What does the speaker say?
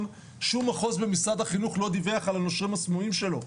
שום מחוז במשרד החינוך לא דיווח על הנושרים הסמויים שלו.